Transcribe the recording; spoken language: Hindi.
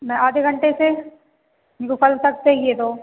मैं आधे घंटे से मेरे को कल तक चाहिए तो